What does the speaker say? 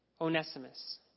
Onesimus